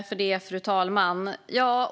Fru talman!